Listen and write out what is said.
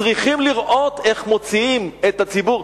צריכים לראות איך מוציאים את הציבור,